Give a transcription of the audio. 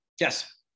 Yes